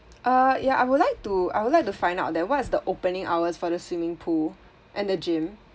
uh ya I would like to I would like to find out that what is the opening hours for the swimming pool and the gym